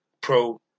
Pro